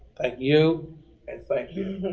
thank you and thank you.